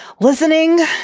Listening